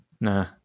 Nah